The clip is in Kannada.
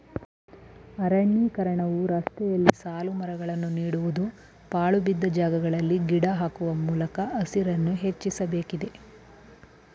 ಅರಣ್ಯೀಕರಣವು ರಸ್ತೆಯಲ್ಲಿ ಸಾಲುಮರಗಳನ್ನು ನೀಡುವುದು, ಪಾಳುಬಿದ್ದ ಜಾಗಗಳಲ್ಲಿ ಗಿಡ ಹಾಕುವ ಮೂಲಕ ಹಸಿರನ್ನು ಹೆಚ್ಚಿಸಬೇಕಿದೆ